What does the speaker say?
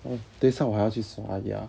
oh 等一下我还要去刷牙